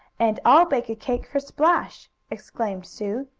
and i'll bake a cake for splash! exclaimed sue.